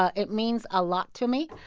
ah it means a lot to me.